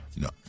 No